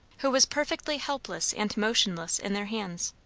who was perfectly helpless and motionless in their hands.